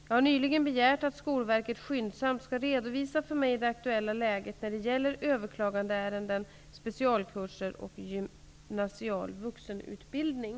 Jag har nyligen begärt att Skolverket skyndsamt skall redovisa för mig det aktuella läget när det gäller överklagandeärenden, specialkurser och gymnasial vuxenutbildning.